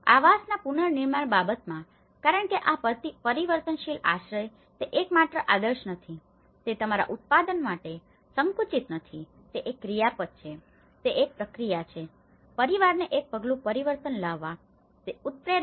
આવાસના પુનર્નિર્માણની બાબતમાં કારણ કે આ પરિવર્તનશીલ આશ્રય તે માત્ર એક આદર્શ નથી તે તમારા ઉત્પાદન માટે સંકુચિત નથી તે એક ક્રિયાપદ છે તે એક પ્રક્રિયા છે પરિવારોને એક પગલું પરિવર્તન લાવવા માટે તે ઉત્પ્રેરક છે